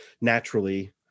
naturally